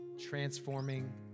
transforming